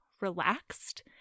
relaxed